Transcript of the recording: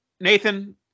Nathan